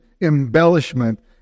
embellishment